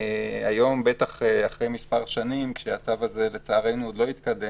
בטח אחרי מספר שנים כשהצו הזה לצערנו עוד לא התקדם,